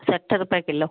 सठ रूपये किलो